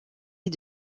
les